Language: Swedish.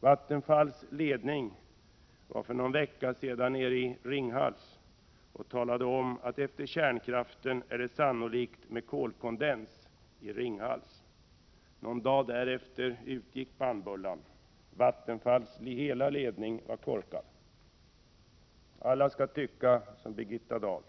Vattenfalls ledning var för någon vecka sedan i Ringhals och talade om att det efter kärnkraften sannolikt blir kolkondens i Ringhals. Någon dag därefter utgick bannbullan. Vattenfalls hela ledning var korkad. Alla skall tycka som Birgitta Dahl.